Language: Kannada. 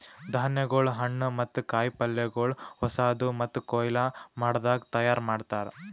ಧಾನ್ಯಗೊಳ್, ಹಣ್ಣು ಮತ್ತ ಕಾಯಿ ಪಲ್ಯಗೊಳ್ ಹೊಸಾದು ಮತ್ತ ಕೊಯ್ಲು ಮಾಡದಾಗ್ ತೈಯಾರ್ ಮಾಡ್ತಾರ್